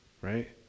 right